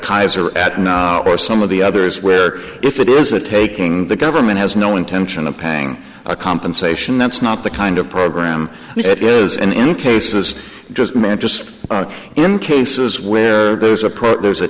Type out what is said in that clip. kaiser at knob or some of the others where if it is a taking the government has no intention of paying a compensation that's not the kind of program that is in any cases just meant just in cases where there's a pro there's a